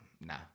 nah